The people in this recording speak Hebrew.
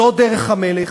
זאת דרך המלך.